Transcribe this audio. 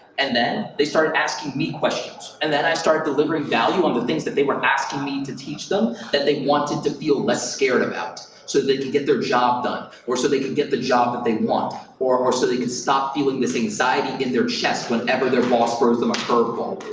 and then, they started asking me questions. and then i started delivering value on the things that they were asking me to teach them that they wanted to feel less scared about, so they could get their job done or so they could get the job that they want or or so they could stop feeling this anxiety and in their chest whenever their boss throws them a curve ball.